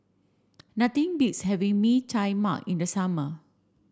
nothing beats having Mee Tai Mak in the summer